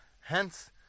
Hence